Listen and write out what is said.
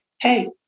hey